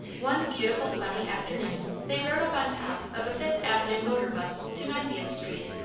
one beautiful sunny afternoon they rode up on top of a fifth avenue motor bus to ninetieth street,